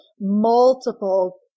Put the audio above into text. multiple